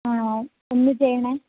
ആ ഒന്നു ചെയ്യണേ